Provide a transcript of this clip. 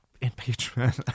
impeachment